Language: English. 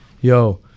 yo